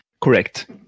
Correct